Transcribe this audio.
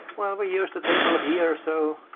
well, we used a table here, so,